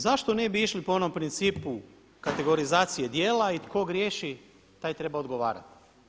Zašto ne bi išli po onom principu kategorizacije djela i tko griješi taj treba odgovarati.